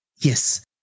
Yes